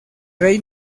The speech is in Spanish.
rey